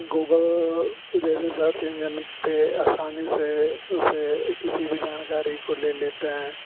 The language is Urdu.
گوگل جیسے سرچ انجن پہ آسانی سے اسے کسی بھی جانکاری کو لے لیتے ہیں